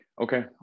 Okay